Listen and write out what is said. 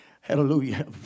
Hallelujah